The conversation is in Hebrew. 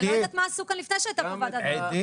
אני לא יודעת מה עשו כאן לפני שהייתה פה ועדת בריאות.